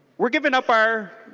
we are giving up our